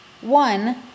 One